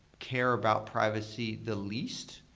care about privacy the least.